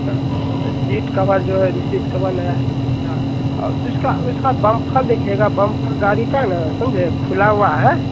हाँ seat cover जो है सीट कभर नया औ उसका उसका बम्फर देखिएगा बम्फर गाड़ी का न समझे खुला हुआ है